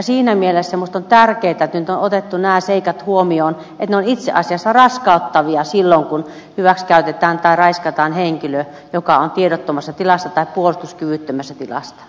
siinä mielessä minusta on tärkeätä että nyt on otettu nämä seikat huomioon että ne ovat itse asiassa raskauttavia silloin kun hyväksikäytetään tai raiskataan henkilö joka on tiedottomassa tilassa tai puolustuskyvyttömässä tilassa